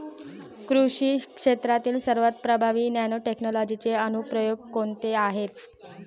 कृषी क्षेत्रातील सर्वात प्रभावी नॅनोटेक्नॉलॉजीचे अनुप्रयोग कोणते आहेत?